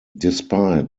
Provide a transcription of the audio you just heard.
despite